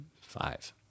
five